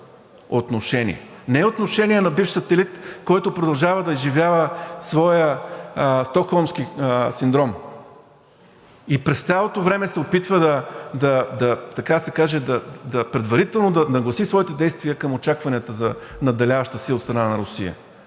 не отношения на бивш сателит, който продължава да изживява своя Стокхолмски синдром и през цялото време се опитва предварително да нагласи своите действия към очакванията за надделяваща сила от страна на Русия,